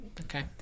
okay